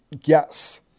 Yes